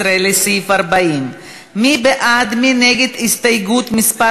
17 לסעיף 40. מי בעד ומי נגד הסתייגות מס'